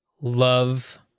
love